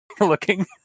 looking